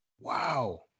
Wow